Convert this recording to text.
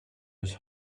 his